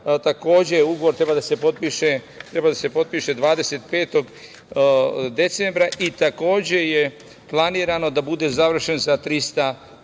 Takođe, ugovor treba da se potpiše 25. decembra i takođe je planirano da bude završen za 300